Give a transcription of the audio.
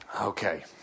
Okay